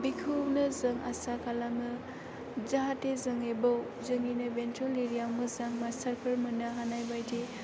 बेखौनो जों आसा खालामो जाहाथे जोंनि बेयाव जोंनिनो बेंटल एरिया आव मोजां मास्टार फोर मोननो हानाय बायदि